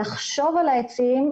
לחשוב על העצים,